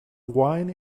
wine